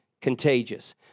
contagious